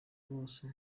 bose